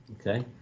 Okay